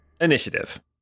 initiative